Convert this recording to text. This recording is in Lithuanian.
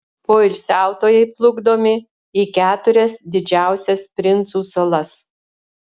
poilsiautojai plukdomi į keturias didžiausias princų salas